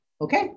Okay